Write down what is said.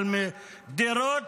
לדירות